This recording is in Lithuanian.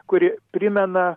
kuri primena